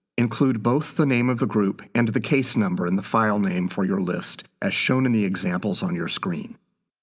include both the name of the group and the case number in the file name for your list, as shown in the examples on your screen.